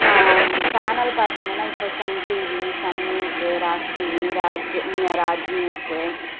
channel பார்த்திங்கனா இப்போது Sun TV Sun news Raj TV Raj ன்ஞ ராஜ் நியூஸு